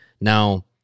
Now